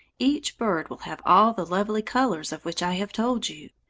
each bird will have all the lovely colours of which i have told you.